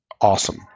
Awesome